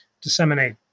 disseminate